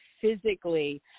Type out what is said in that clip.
physically